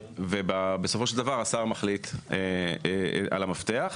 בסופו של דבר, השר מחליט על המפתח,